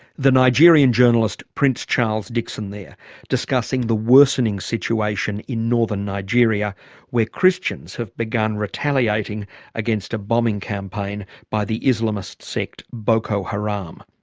the nigerian journalist prince charles dickson there, discussing the worsening situation in northern nigeria where christians have begun retaliating against a bombing campaign by the islamist sect boko haram.